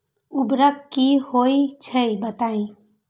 उर्वरक की होई छई बताई?